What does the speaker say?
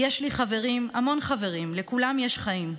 / יש לי חברים, המון חברים, לכולם יש חיים.